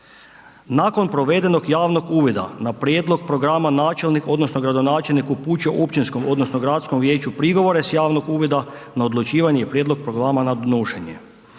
Nakon provedenog javnog uvida na prijedlog programa, načelnik odnosno gradonačelnik upućuje općinskom odnosno gradskom vijeću prigovore s javnog uvida na odlučivanje prijedloga programa na donošenje.